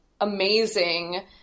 amazing